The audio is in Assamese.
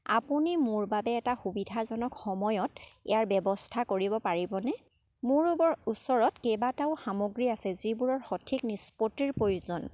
আপুনি মোৰ বাবে এটা সুবিধাজনক সময়ত ইয়াৰ ব্যৱস্থা কৰিব পাৰিবনে মোৰ ওপ ওচৰত কেইবাটাও সামগ্ৰী আছে যিবোৰৰ সঠিক নিষ্পত্তিৰ প্ৰয়োজন